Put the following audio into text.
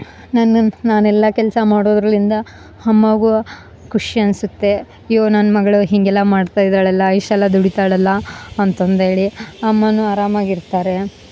ನಾನು ನನ್ನ ಎಲ್ಲಾ ಕೆಲಸ ಮಾಡೋದ್ರಲ್ಲಿಂದ ಅಮ್ಮಾಗೂ ಖುಷಿ ಅನ್ಸುತ್ತೆ ಯ್ಯೋ ನನ್ನ ಮಗಳು ಹೀಗೆಲ್ಲಾ ಮಾಡ್ತಾ ಇದಾಳಲ್ಲ ಇಷ್ಟೆಲ್ಲಾ ದುಡೀತಾ ಇದಾಳಲ್ಲ ಅಂತಂದೇಳಿ ಅಮ್ಮಾನೂ ಆರಾಮಾಗಿರ್ತಾರೆ